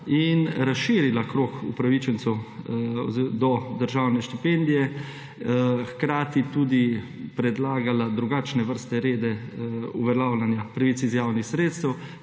in razširila krog upravičencev do državne štipendije. Hkrati bo tudi predlagala drugačne vrstne rede uveljavljanja pravic iz javnih sredstev,